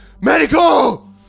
Medical